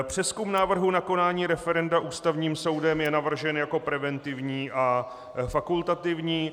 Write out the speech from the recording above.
Přezkum návrhu na konání referenda Ústavním soudem je navržen jako preventivní a fakultativní.